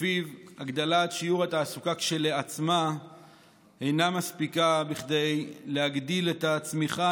שלפיו הגדלת שיעור התעסוקה כשלעצמה אינה מספיקה כדי להגדיל את הצמיחה,